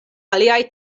aliaj